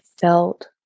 felt